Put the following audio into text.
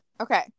Okay